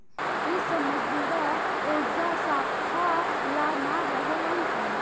इ सब मजदूरा ओजा साफा ला ना रहेलन सन